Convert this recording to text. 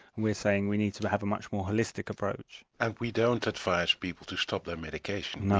we are saying we need to to have a much more holistic approach. and we don't advise people to stop their medication.